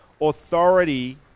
authority